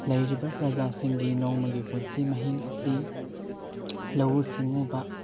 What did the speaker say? ꯂꯩꯔꯤꯕ ꯄ꯭ꯔꯖꯥꯁꯤꯡꯒꯤ ꯅꯣꯡꯃꯒꯤ ꯄꯨꯟꯁꯤ ꯃꯍꯤꯡ ꯑꯁꯤ ꯂꯧꯎ ꯁꯤꯡꯎꯕ